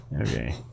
Okay